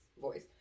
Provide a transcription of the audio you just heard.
voice